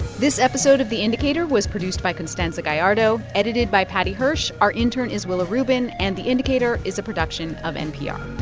this episode of the indicator was produced by constanza gallardo, edited by paddy hirsch. our intern is willa rubin. and the indicator is a production of npr